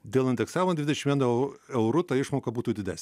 dėl indeksavimo dvidešim vienu euru ta išmoka būtų didesnė